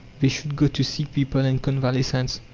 they should go to sick people and convalescents.